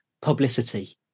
publicity